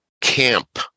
camp